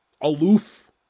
aloof